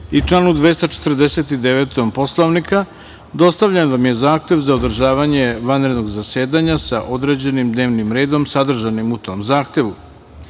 i članu 249. Poslovnika, dostavljen vam je zahtev za održavanje vanrednog zasedanja sa određenim dnevnim redim, sadržanim u tom zahtevu.Za